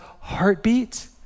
heartbeat